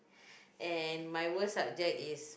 and my worse subject is